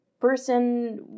person